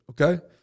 okay